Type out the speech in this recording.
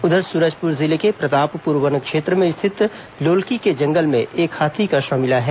उधर सुरजपुर जिले के प्रतापपुर वन क्षेत्र में स्थित लोलकी के जंगल में एक हाथी का शव मिला है